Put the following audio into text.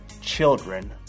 children